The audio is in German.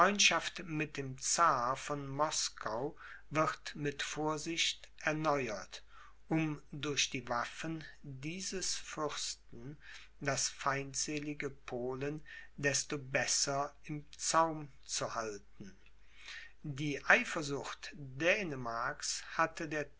mit dem czar von moskau wird mit vorsicht erneuert um durch die waffen dieses fürsten das feindselige polen desto besser im zaum zu halten die eifersucht dänemarks hatte der